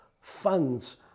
funds